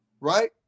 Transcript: right